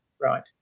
right